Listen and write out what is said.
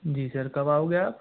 जी sir कब आओगे आप